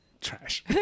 Trash